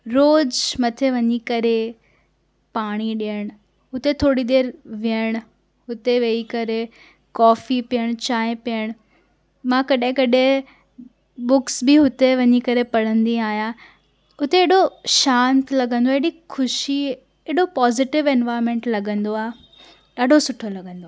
रोज़ु मथे वञी करे पाणी ॾियणु हुते थोरी देरि वेहणु हुते वेही करे कॉफी पीअण चांहि पीअण मां कॾहिं कॾहिं बुक्स बि हुते वञी करे पढ़दी आहियां हुते एॾो शांति लगंदो आहे ख़ुशी एॾो पॉज़िटिव इंवायरमेंट लगंदो आहे ॾाढो सुठो लॻंदो आहे